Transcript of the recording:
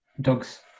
dogs